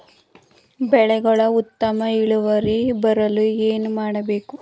ಬೆಳೆಗಳ ಉತ್ತಮ ಇಳುವರಿ ಬರಲು ಏನು ಮಾಡಬೇಕು?